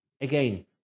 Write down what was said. again